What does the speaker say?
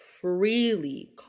freely